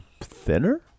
Thinner